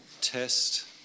test